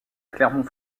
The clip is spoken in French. clermont